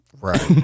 Right